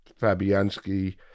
Fabianski